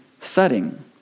setting